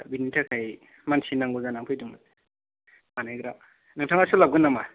दा बेनि थाखाय मानसि नांगौ जानानै फैदोंमोन बानायग्रा नोंथाङा सोलाबगोन नामा